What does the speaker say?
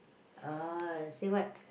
uh say what